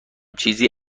چیزی